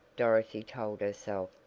dorothy told herself,